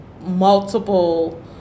multiple